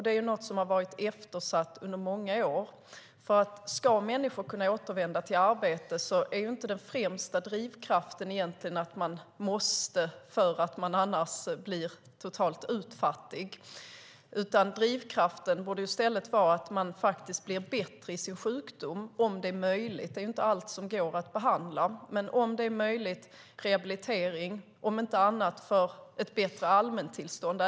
Det är något som har varit eftersatt under många år. Om människor ska kunna återvända till arbete är den främsta drivkraften egentligen inte att man måste för att man annars blir totalt utfattig. Drivkraften borde i stället vara att man blir bättre i sin sjukdom om det är möjligt. Det är ju inte allt som går att behandla. Men om det är möjligt bör man få rehabilitering, om inte annat för ett bättre allmäntillstånd.